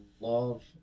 love